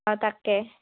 অঁ তাকে